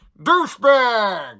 Douchebag